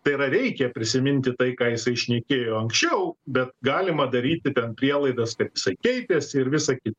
tai yra reikia prisiminti tai ką jisai šnekėjo anksčiau bet galima daryti prielaidas kad jisai keitėsi ir visa kita